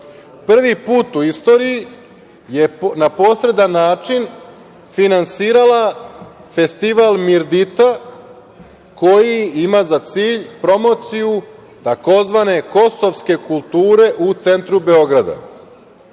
prvi put u istoriji je na posredan način finansirala festival „Mirdita“, koji ima za cilj promociju takozvane kosovske kulture u centru Beograda